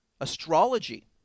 Astrology